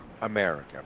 America